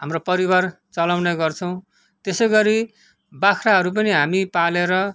हाम्रो परिवार चलाउने गर्छौँ त्यसैगरी बाख्राहरू पनि हामी पालेर